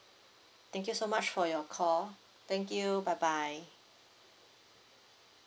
thank you so much for your call thank you bye bye